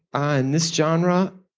and this genre,